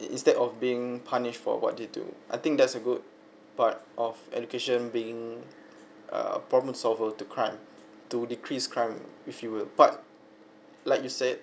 instead of being punished for what they do I think that's a good but of education being a problem solver to crime to decrease crime if you will but like you said